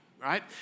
right